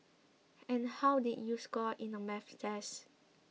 and how did you score in the Maths test